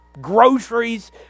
groceries